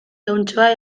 jauntxoa